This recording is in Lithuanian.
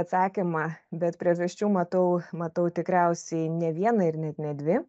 atsakymą bet priežasčių matau matau tikriausiai ne vieną ir net ne dvi